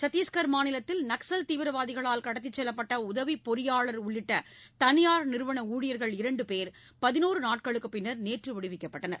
சத்தீஸ்கர் மாநிலத்தில் நக்ஸல் தீவிரவாதிகளால் கடத்திச் செல்லப்பட்ட உதவிப் பொறியாளர் உள்ளிட்ட தனியார் நிறுவன ஊழியர்கள் இரண்டு பேர் பதினோரு நாட்களுக்குப் பின்னர் நேற்று விடுவிக்கப்பட்டனர்